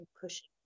pushing